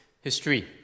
history